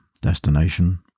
destination